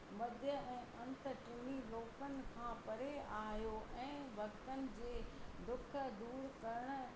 मध्य ऐं अंत टिनी लोकनि खां परे आहियो ऐं भक्तनि जे दुख दूरि करणु